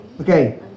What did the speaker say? Okay